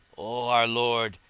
o our lord,